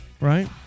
Right